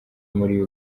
muri